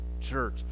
church